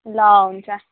ल हुन्छ